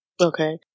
Okay